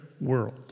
world